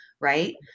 Right